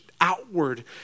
outward